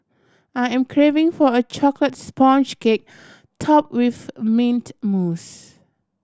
I am craving for a chocolate sponge cake topped with mint mousse